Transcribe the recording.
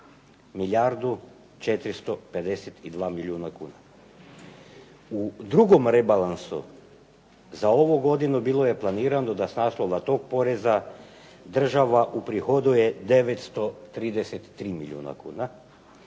milijardu 452 milijuna kuna. U drugom rebalansu za ovu godinu bilo je planirano da s naslova tog poreza država uprihoduje 933 milijuna kuna